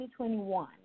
2021